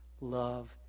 love